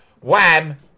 Wham